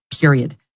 period